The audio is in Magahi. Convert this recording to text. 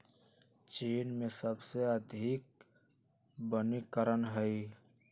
चीन में सबसे अधिक वनीकरण हई